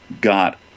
got